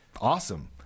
awesome